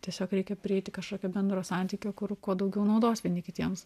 tiesiog reikia prieiti kažkokio bendro santykio kur kuo daugiau naudos vieni kitiems